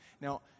Now